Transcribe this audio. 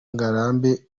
ngarambe